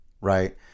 right